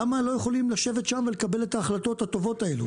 למה לא יכולים לשבת שם ולקבל את ההחלטות הטובות האלו?